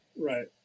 Right